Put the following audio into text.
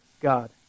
God